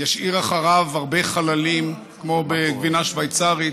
וישאיר אחריו הרבה חללים, כמו בגבינה שווייצרית.